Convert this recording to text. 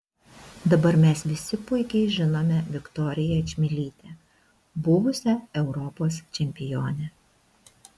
dabar mes visi puikiai žinome viktoriją čmilytę buvusią europos čempionę